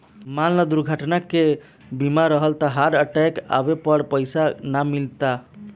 मान ल दुर्घटना के बीमा रहल त हार्ट अटैक आवे पर पइसा ना मिलता